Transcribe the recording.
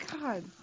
god